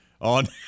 on